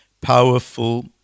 powerful